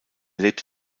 lebt